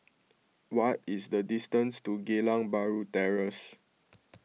what is the distance to Geylang Bahru Terrace